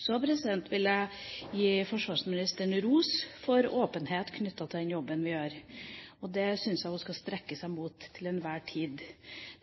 Så vil jeg gi forsvarsministeren ros for åpenhet knyttet til den jobben vi gjør. Det syns jeg hun skal strekke seg mot til enhver tid.